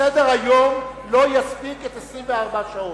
סדר-היום לא יספיק את 24 השעות.